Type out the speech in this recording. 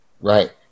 Right